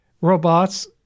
robots